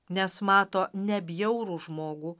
nes mato nebjaurų žmogų